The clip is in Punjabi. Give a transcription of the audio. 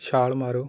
ਛਾਲ ਮਾਰੋ